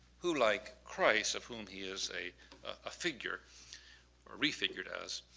who like christ of whom he is a ah figure or refigured as.